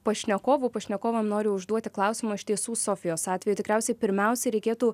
pašnekovų pašnekovam noriu užduoti klausimą iš tiesų sofijos atveju tikriausiai pirmiausia reikėtų